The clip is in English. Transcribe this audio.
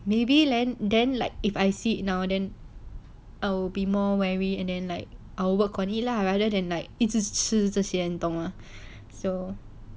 maybe land then like if I see now then I will be more wary and then like I will work for it lah rather than like 一直吃这些你懂吗 so